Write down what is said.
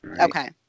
Okay